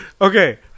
Okay